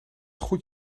goed